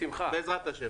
בעזרת השם.